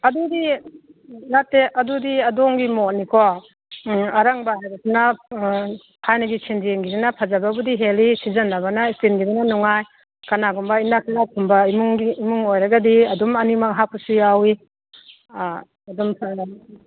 ꯑꯗꯨꯗꯤ ꯅꯠꯇꯦ ꯑꯗꯨꯗꯤ ꯑꯗꯣꯝꯒꯤ ꯃꯣꯠꯅꯤꯀꯣ ꯑꯔꯪꯕ ꯍꯥꯏꯕꯁꯤꯅ ꯊꯥꯏꯅꯒꯤ ꯁꯦꯟꯖꯦꯡꯒꯤꯁꯤꯅ ꯐꯖꯕꯕꯨꯗꯤ ꯍꯦꯜꯂꯤ ꯁꯤꯖꯟꯅꯕꯅ ꯁ꯭ꯇꯤꯜꯒꯤꯗꯨꯅ ꯅꯨꯡꯉꯥꯏ ꯀꯅꯥꯒꯨꯝꯕ ꯏꯅꯥ ꯀꯩꯔꯥ ꯈꯨꯟꯕ ꯏꯃꯨꯡꯒꯤ ꯏꯃꯨꯡ ꯑꯣꯏꯔꯒꯗꯤ ꯑꯗꯨꯝ ꯑꯅꯤꯃꯛ ꯍꯥꯞꯄꯁꯨ ꯌꯥꯎꯋꯤ ꯑꯗꯨꯝ